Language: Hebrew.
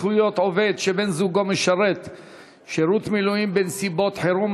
זכויות עובד שבן-זוגו משרת שירות מילואים בנסיבות חירום),